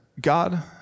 God